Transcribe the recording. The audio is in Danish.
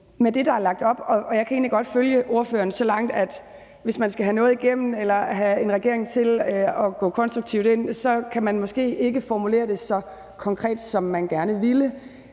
ytringsfrihed. Jeg kan egentlig godt følge ordføreren så langt, at hvis man skal have noget igennem eller have en regering til at gå konstruktivt ind i det, kan man måske ikke formulere det så konkret, som man gerne ville.